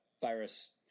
virus